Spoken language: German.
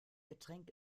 getränk